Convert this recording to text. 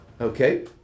Okay